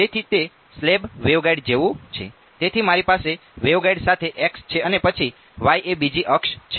તેથી મારી પાસે વેવગાઇડ સાથે x છે અને પછી y એ બીજી અક્ષ છે